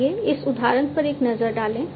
आइए इस उदाहरण पर एक नज़र डालें